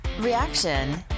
reaction